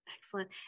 Excellent